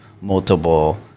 multiple